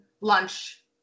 lunch